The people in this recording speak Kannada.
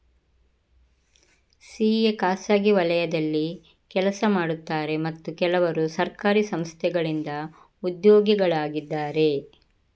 ಸಿ.ಎ ಖಾಸಗಿ ವಲಯದಲ್ಲಿ ಕೆಲಸ ಮಾಡುತ್ತಾರೆ ಮತ್ತು ಕೆಲವರು ಸರ್ಕಾರಿ ಸಂಸ್ಥೆಗಳಿಂದ ಉದ್ಯೋಗಿಗಳಾಗಿದ್ದಾರೆ